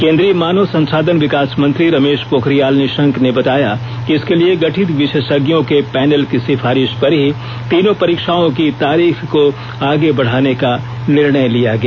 केंद्रीय मानव संसाधन विकास मंत्री रमेश पोखरियाल निशंक ने बताया कि इसके लिए गठित विशेषज्ञों के पैनल की सिफारिश पर ही तीनों परीक्षाओं की तारीख को आगे बढ़ाने का निर्णय लिया गया